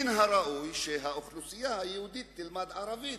מן הראוי שהאוכלוסייה היהודית תלמד ערבית.